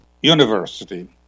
University